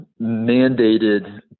mandated